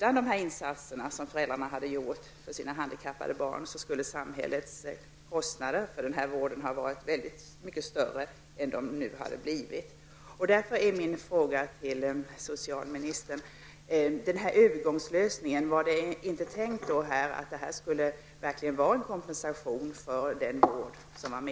Regeringen skrev också i motiven till propositionen att samhällets kostnader för denna vård utan dessa insatser från föräldrarna skulle ha varit mycket större.